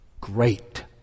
great